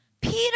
Peter